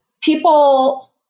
people